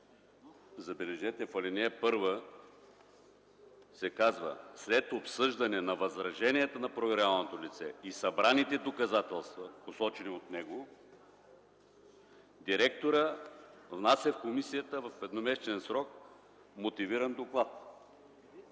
Забележете, че в ал. 1 се казва: „След обсъждане на възраженията на проверяваното лице и събраните доказателства, посочени от него, директорът внася в комисията в едномесечен срок мотивиран доклад”.